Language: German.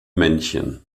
männchen